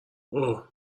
اوه